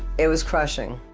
it was crushing.